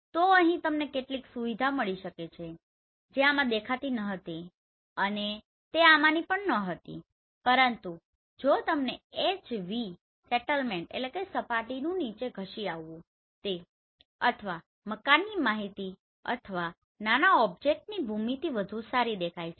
તો અહીં તમને કેટલીક સુવિધાઓ મળી શકે છે જે આમાં દેખાતી નહોતી અને તે આમાંની પણ ન હતી પરંતુ જો તમને HV સેટલમેન્ટSettlementસપાટી નું નીચે ધસી જવું તે અથવા મકાનની માહિતી અથવા નાના ઓબ્જેક્ટ્સની ભૂમિતિ વધુ સારી દેખાય છે